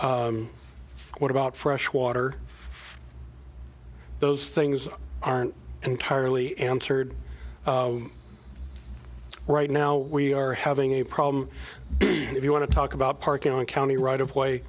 trash what about freshwater those things aren't entirely answered right now we are having a problem if you want to talk about parking on county right